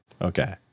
Okay